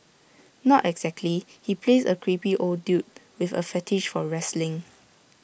not exactly he plays A creepy old dude with A fetish for wrestling